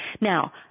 Now